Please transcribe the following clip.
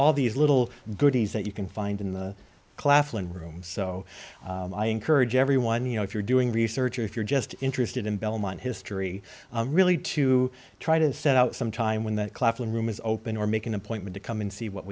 all these little goodies that you can find in the claflin room so i encourage everyone you know if you're doing research or if you're just interested in belmont history really to try to set out some time when that claflin room is open or make an appointment to come and see what